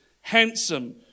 handsome